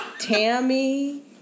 Tammy